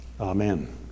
Amen